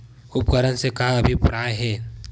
उपकरण से का अभिप्राय हे?